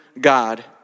God